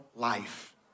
life